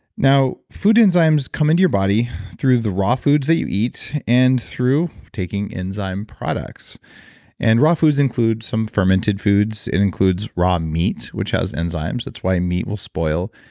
now, food enzymes come into your body through the raw foods that you eat and through taking enzyme products and raw foods include some fermented foods and includes raw meat, which has enzymes. that's why meat will spoil,